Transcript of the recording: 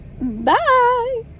Bye